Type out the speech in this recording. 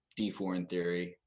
d4intheory